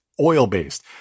oil-based